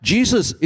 Jesus